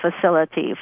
facility